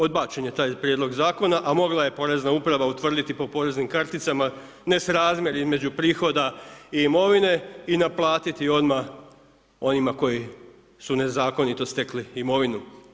Odbačen je taj prijedlog zakona, a mogla je porezna uprava utvrditi po poreznim karticama, nesrazmjer između prihoda i imovine i naplatiti odmah onima koji su nezakonito stekli imovinu.